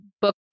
book